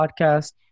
podcast